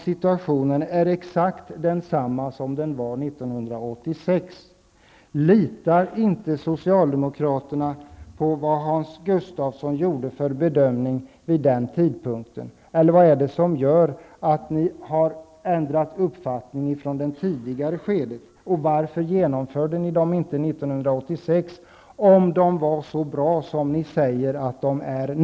Situationen nu är ju exakt densamma som 1986. Litar socialdemokraterna inte på Hans Gustafssons bedömning vid den aktuella tidpunkten? Eller är det något annat som gör att ni socialdemokrater inte har samma uppfattning som ni hade i ett tidigare skede? Och varför genomförde ni inte räntelånen 1986 om dessa var så bra som ni nu säger att de är?